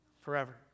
forever